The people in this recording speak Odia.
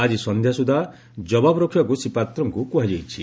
ଆଜି ସନ୍ଧ୍ୟା ସୁଦ୍ଧା ଜବାବ ରଖିବାକୁ ଶ୍ରୀ ପାତ୍ରଙ୍କୁ କୁହାଯାଇଛି